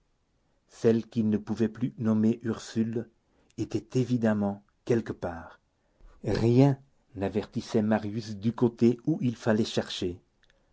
celle qu'il ne pouvait plus nommer ursule était évidemment quelque part rien n'avertissait marius du côté où il fallait chercher